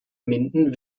minden